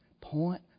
point